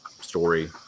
story